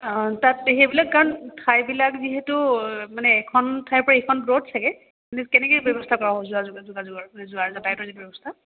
অঁ তাত সেইবিলাক কাৰণ ঠাইবিলাক যিহেতু মানে এখন ঠাইৰ পৰা এইখন চাগে কেনেকে ব্যৱস্থা কৰা যোগাযোগাৰ যোৱা যাতায়তৰ যি ব্যৱস্থা